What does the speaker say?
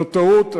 זאת טעות.